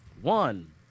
one